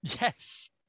Yes